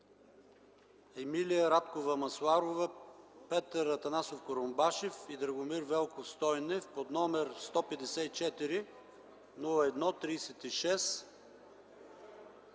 Емилия Радкова Масларова, Петър Атанасов Курумбашев и Драгомир Велков Стойнев, № 154-01-36,